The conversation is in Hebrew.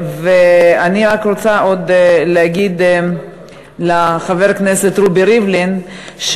אני רק רוצה עוד להגיד לחבר הכנסת רובי ריבלין,